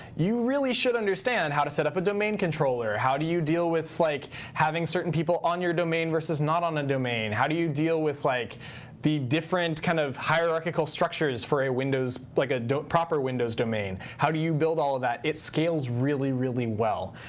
you really should understand how to set up a domain controller, how do you deal with like having certain people on your domain versus not on a domain, how do you deal with like the different kind of hierarchical structures for a windows, like a proper windows domain? how do you build all of that? it scales really, really well.